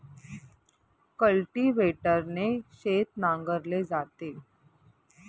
कल्टिव्हेटरने शेत नांगरले जाते